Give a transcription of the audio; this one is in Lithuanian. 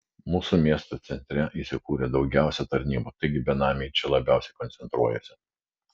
mūsų miesto centre įsikūrę daugiausiai tarnybų taigi benamiai čia labiausiai koncentruojasi